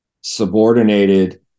subordinated